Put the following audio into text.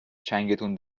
چنگتون